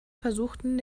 versuchten